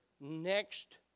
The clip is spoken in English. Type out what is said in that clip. next